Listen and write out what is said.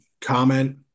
comment